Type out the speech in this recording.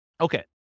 Okay